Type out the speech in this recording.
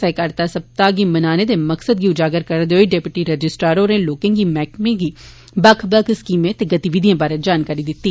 सहकारिता सप्ताह गी मनाने दे मकसद गी उजागर करदे होई डिप्टी रजिस्ट्रार होरें लोकें गी मैहकमे दी बक्ख बक्ख स्कीमें ते गतिविधिए दी जानकारी दित्ती